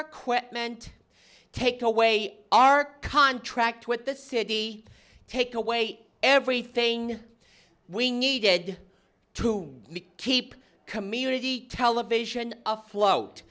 equipment take away our contract with the city take away everything we needed to keep community television afloat